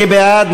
מי בעד?